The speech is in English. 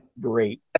Great